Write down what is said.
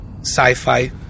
sci-fi